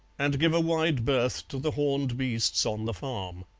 and give a wide berth to the horned beasts on the farm.